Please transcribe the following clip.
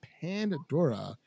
Pandora